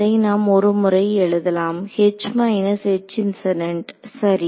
இதை நாம் ஒரு முறை எழுதலாம் சரி